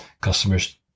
customers